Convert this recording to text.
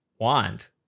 want